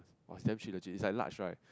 !wah! its damn cheap legit its like large right